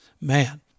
man